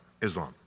Islam